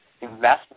investment